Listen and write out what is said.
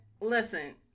Listen